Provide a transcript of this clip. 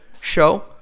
show